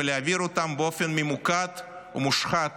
ולהעביר אותם באופן ממוקד ומושחת